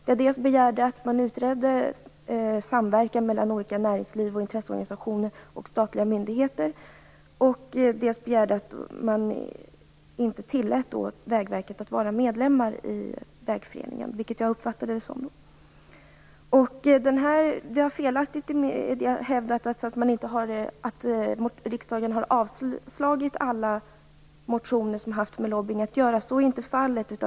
Jag begärde dels att man skulle utreda samverkan mellan olika näringslivs och intresseorganisationer och statliga myndigheter, dels att man inte skulle tillåta Vägverket att vara medlemmar i Vägföreningen. Så uppfattade jag det då. Det har felaktigt hävdats att riksdagen har avslagit alla motioner som haft med lobbying att göra. Så är inte fallet.